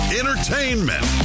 entertainment